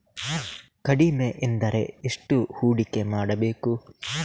ಕಡಿಮೆ ಎಂದರೆ ಎಷ್ಟು ಹೂಡಿಕೆ ಮಾಡಬೇಕು?